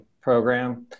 program